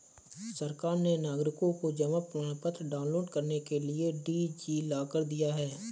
सरकार ने नागरिकों को जमा प्रमाण पत्र डाउनलोड करने के लिए डी.जी लॉकर दिया है